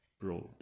broad